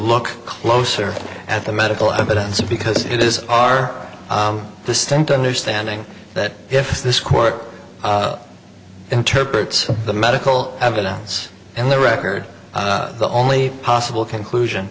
look closer at the medical evidence because it is our distinct understanding that if this court interprets the medical evidence and the record the only possible conclusion